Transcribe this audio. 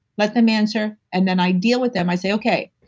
let them answer and then i deal with them. i say, okay,